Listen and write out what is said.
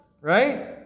right